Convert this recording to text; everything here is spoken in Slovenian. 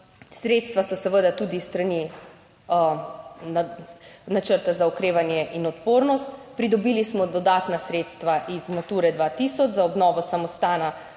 sredstva so seveda tudi s strani načrta za okrevanje in odpornost, pridobili smo dodatna sredstva iz Nature 2000 za obnovo samostana